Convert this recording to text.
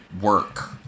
work